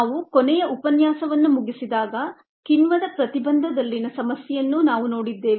ನಾವು ಕೊನೆಯ ಉಪನ್ಯಾಸವನ್ನು ಮುಗಿಸಿದಾಗ ಕಿಣ್ವದ ಪ್ರತಿಬಂಧ ದಲ್ಲಿನ ಸಮಸ್ಯೆಯನ್ನು ನಾವು ನೋಡಿದ್ದೇವೆ